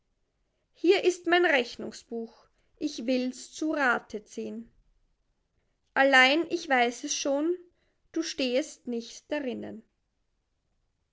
hier ist mein rechnungsbuch ich wills zu rate ziehn allein ich weiß es schon du stehest nicht darinnen